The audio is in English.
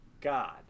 God